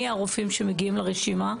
מי הרופאים שמגיעים לרשימה?